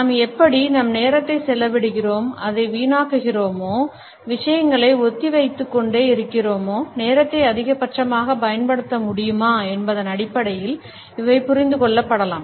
நாம் எப்படி நம் நேரத்தை செலவிடுகிறோம் அதை வீணாக்குகிறோமா விஷயங்களை ஒத்திவைத்துக்கொண்டே இருக்கிறோமா நேரத்தை அதிகபட்சமாக பயன்படுத்த முடியுமா என்பதன் அடிப்படையில் இவை புரிந்துக் கொள்ளப்படலாம்